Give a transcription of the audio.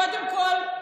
קודם כול,